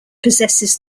possesses